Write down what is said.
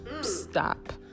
stop